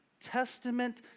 Testament